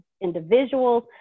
individuals